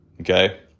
okay